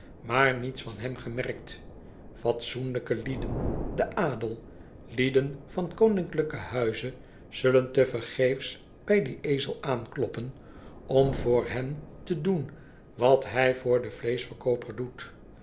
maar niets van hem gemerkt fatsoenlijke lieden de adel lieden van koninklijken huize zullen tevergeefs bij dien ezel aankloppen om voor hen te doen wat hij voor den vleeschverkooper doet